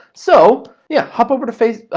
so, yeah, hop over to face, ah,